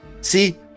See